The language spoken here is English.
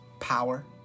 power